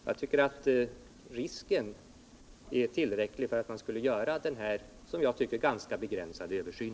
Jag anser att risken är tillräcklig för att man skulle göra denna, som jag tycker, ganska begränsade översyn.